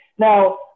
Now